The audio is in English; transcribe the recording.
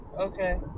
okay